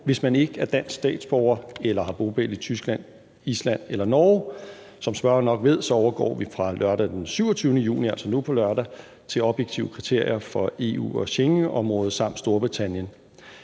hvis man ikke er dansk statsborger eller har bopæl i Tyskland, Island eller Norge. Som spørgeren nok ved, overgår vi fra lørdag den 27. juni, altså nu på lørdag, til objektive kriterier for EU og Schengenområdet samt Storbritannien.